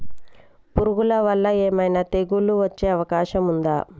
పురుగుల వల్ల ఏమైనా తెగులు వచ్చే అవకాశం ఉందా?